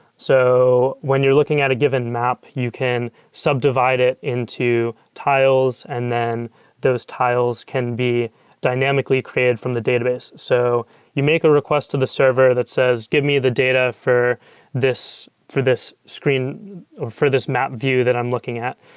so when you're looking at a given map, you can subdivided it into tiles and then those tiles can be dynamically created from the database. so you make a request to the server that says, give me the data for this for this screen, or for this map view that i'm looking at.